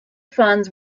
funds